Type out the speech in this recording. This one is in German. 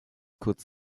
kurz